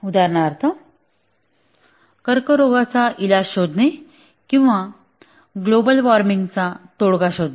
उदाहरणार्थ कर्करोगाचा इलाज शोधणे किंवा ग्लोबल वार्मिंगचा तोडगा शोधणे